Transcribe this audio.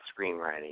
screenwriting